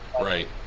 Right